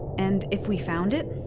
and if we found it?